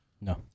No